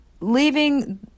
leaving